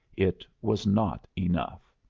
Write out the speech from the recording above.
it was not enough.